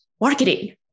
Marketing